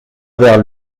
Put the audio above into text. vers